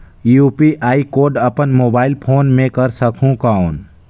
UPI code अपन mobile phone मे कर सकहुं कौन?